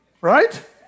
Right